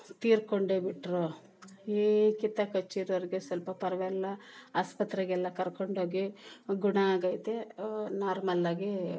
ತೀರ್ಕೊಂಡೇಬಿಟ್ರು ಈ ಕಿತ ಕಚ್ಚಿರೋರಿಗೆ ಸ್ವಲ್ಪ ಪರ್ವಾಗಿಲ್ಲ ಆಸ್ಪತ್ರೆಗೆ ಎಲ್ಲ ಕರ್ಕೊಂಡೋಗಿ ಗುಣ ಆಗೈತೆ ನಾರ್ಮಲ್ ಆಗಿ